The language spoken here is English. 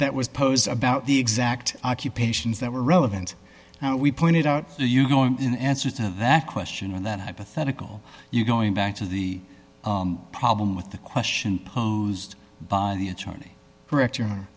that was posed about the exact occupations that were relevant now we pointed out to you going in answer to that question and that hypothetical you going back to the problem with the question posed by the attorney director